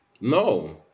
No